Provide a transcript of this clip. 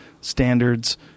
standards